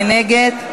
מי נגד?